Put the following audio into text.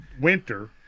winter